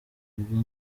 mvuga